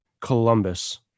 Columbus